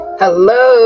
hello